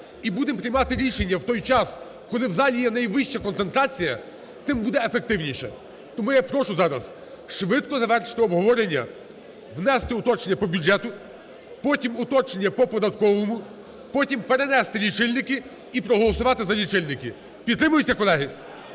і будемо приймати рішення в той час, коли в залі є найвища концентрація, тим буде ефективніше. Тому я прошу зараз швидко завершити обговорення, внести уточнення по бюджету, потім уточнення по податковому, потім перенести лічильники і проголосувати за лічильники. Підтримується, колеги?